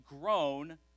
grown